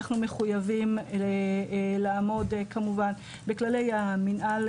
אנחנו מחויבים לעמוד כמובן בכללי המנהל